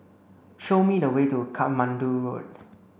show me the way to Katmandu Road